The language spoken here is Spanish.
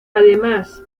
además